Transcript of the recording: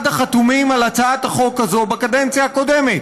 החתומים על הצעת החוק הזאת בקדנציה הקודמת.